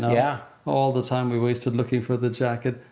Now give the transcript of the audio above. yeah. all the time we wasted looking for the jacket.